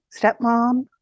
stepmom